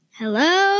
hello